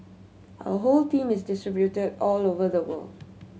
our whole team is distributed all over the world